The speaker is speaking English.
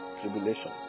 Tribulation